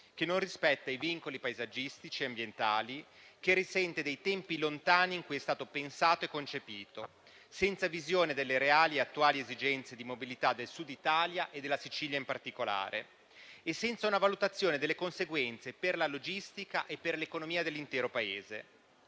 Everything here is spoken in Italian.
che non rispetta i vincoli paesaggistici e ambientali e risente dei tempi lontani in cui è stato pensato e concepito, senza una visione delle reali attuali esigenze di mobilità del Sud Italia e della Sicilia, in particolare, e senza una valutazione delle conseguenze per la logistica e per l'economia dell'intero Paese.